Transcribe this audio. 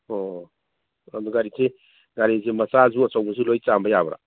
ꯑꯣ ꯑꯗꯨ ꯒꯥꯔꯤꯁꯤ ꯒꯥꯔꯤꯁꯤ ꯃꯆꯥꯁꯨ ꯑꯆꯧꯕꯁꯨ ꯂꯣꯏ ꯆꯥꯝꯕ ꯌꯥꯕ꯭ꯔ